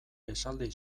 esaldi